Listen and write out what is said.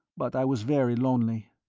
but i was very lonely.